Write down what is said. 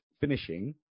finishing